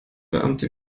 beamte